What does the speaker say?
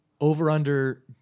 Over-under